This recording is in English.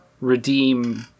redeem